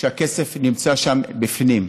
והכסף נמצא שם בפנים.